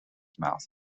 mouth